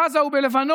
בעזה או בלבנון,